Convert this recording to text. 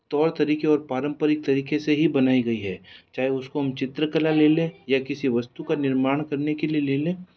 तौर तरीक़े और पारम्परिक तरीक़े से ही बनाई गई है चाहे उसको हम चित्रकला ले लें या किसी वस्तु का निर्माण करने के लिए ले लें